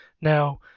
Now